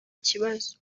kibazo